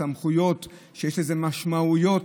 סמכויות שיש להן משמעויות,